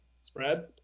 spread